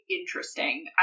interesting